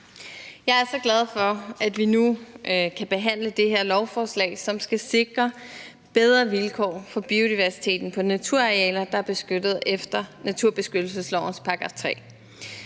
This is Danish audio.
Jeg er så glad for, at vi nu kan behandle det her lovforslag, som skal sikre bedre vilkår for biodiversiteten på naturarealer, der er beskyttet efter naturbeskyttelseslovens § 3.